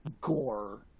gore